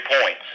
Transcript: points